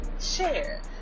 Share